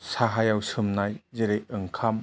साहायाव सोमनाय जेरै ओंखाम